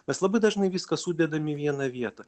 mes labai dažnai viską sudedam į vieną vietą